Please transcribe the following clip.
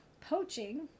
poaching